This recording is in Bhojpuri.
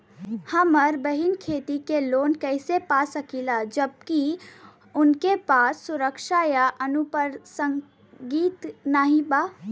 हमार बहिन खेती के लोन कईसे पा सकेली जबकि उनके पास सुरक्षा या अनुपरसांगिक नाई बा?